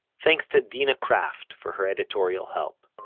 thanks to dina kraft for her editorial help.